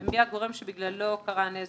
ומי הגורם שבגללו נגרם הנזק.